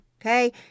Okay